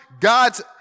God's